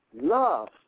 love